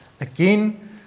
Again